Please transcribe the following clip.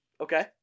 Okay